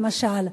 למשל.